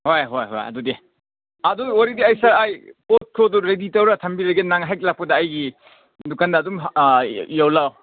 ꯍꯣꯏ ꯍꯣꯏ ꯍꯣꯏ ꯑꯗꯨꯗꯤ ꯑꯗꯨ ꯑꯣꯏꯔꯗꯤ ꯑꯩꯁꯦ ꯑꯩ ꯄꯣꯠ ꯈꯣꯏꯗꯨ ꯔꯦꯗꯤ ꯇꯧꯔꯒ ꯊꯝꯕꯤꯔꯒꯦ ꯅꯪ ꯍꯦꯛ ꯂꯥꯛꯄꯗ ꯑꯩꯒꯤ ꯗꯨꯀꯥꯟꯗ ꯑꯗꯨꯝ ꯌꯣꯜꯂꯣ